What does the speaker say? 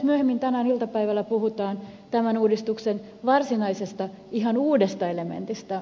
myöhemmin tänään iltapäivällä puhutaan tämän uudistuksen varsinaisesta ihan uudesta elementistä